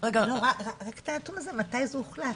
לא, רק את הנתון הזה, מתי זה הוחלט?